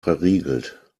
verriegelt